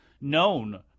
known